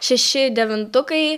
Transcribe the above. šeši devintukai